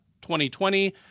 2020